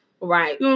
Right